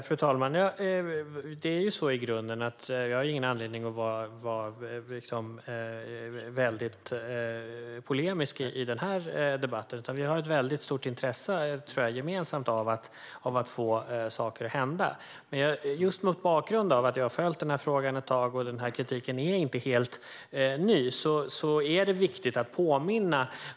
Fru talman! Jag har ingen anledning att vara väldigt polemisk i denna debatt. Jag tror att vi gemensamt har ett stort intresse av att få saker att hända. Just mot bakgrund av att jag har följt denna fråga ett tag och att denna kritik inte är helt ny är det viktigt att påminna.